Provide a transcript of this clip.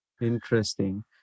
Interesting